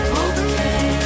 okay